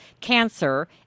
cancer